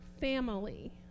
family